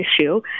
issue